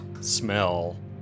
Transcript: smell